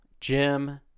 Jim